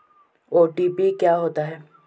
OTP क्या होता है?